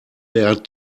man